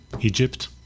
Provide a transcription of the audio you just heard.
Egypt